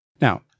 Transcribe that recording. Now